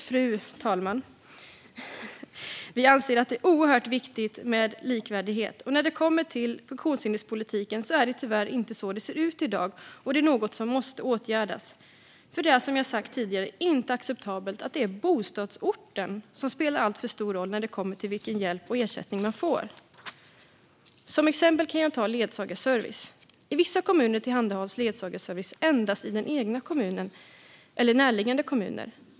Fru talman! Vi anser att det är oerhört viktigt med likvärdighet. När det kommer till funktionshinderspolitiken är det tyvärr inte så det ser ut i dag. Det är något som måste åtgärdas. Det är som jag sagt tidigare inte acceptabelt att bostadsorten spelar alltför stor roll när det kommer till vilken hjälp och ersättning man får. Som exempel kan jag ta ledsagarservice. I vissa kommuner tillhandahålls ledsagarservice endast i den egna kommunen eller i närliggande kommuner.